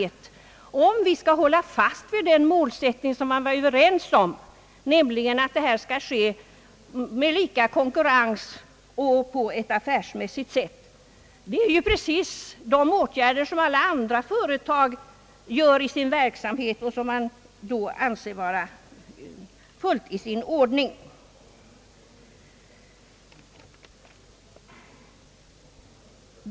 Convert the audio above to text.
Detta är nödvändigt om vi skall hålla fast vid den målsättning man var överens om, nämligen att det hela skall ske under lika konkurrens och på ett affärsmässigt sätt. Det rör sig här om åtgärder av precis det slag som alla andra företag genomför i sin verksamhet och som då anses vara fullt i sin ordning.